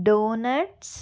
donuts